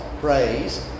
praise